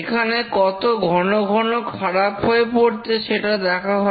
এখানে কত ঘন ঘন খারাপ হয়ে পড়ছে সেটা দেখা হয়